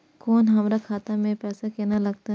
कोय हमरा खाता में पैसा केना लगते?